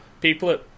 people